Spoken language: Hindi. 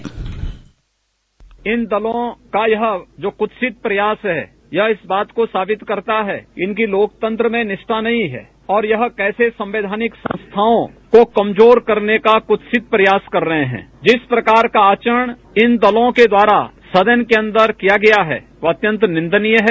बाइट इन दलों का यह जो कुत्सित प्रयास है यह इस बात को साबित करता है इनकी लोकतंत्र में निष्ठा नहीं है और यह कैसे संवैधानिक संस्थाओं को कमजोर करने का कुत्सित प्रयास कर रहे हैं जिस प्रकार का आचरण इन दलों के द्वारा सदन के अंदर किया गया है वह अत्यंत निंदनीय है